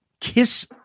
Kiss